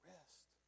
Rest